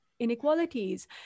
inequalities